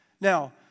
Now